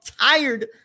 tired